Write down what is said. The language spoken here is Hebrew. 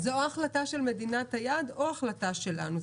זאת אומרת שזאת או החלטה של מדינת היעד או החלטה שלנו.